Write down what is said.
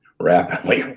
rapidly